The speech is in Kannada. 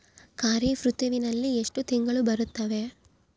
ಖಾರೇಫ್ ಋತುವಿನಲ್ಲಿ ಎಷ್ಟು ತಿಂಗಳು ಬರುತ್ತವೆ?